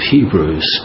Hebrews